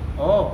oh